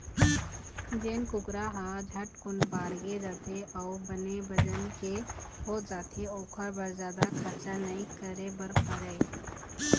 जेन कुकरा ह झटकुन बाड़गे जाथे अउ बने बजन के हो जाथे ओखर बर जादा खरचा नइ करे बर परय